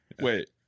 Wait